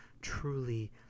truly